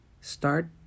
Start